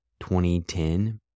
2010